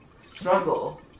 struggle